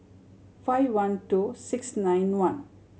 five one two six nine one